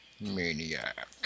Maniac